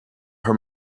her